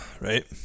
Right